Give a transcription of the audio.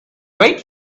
wait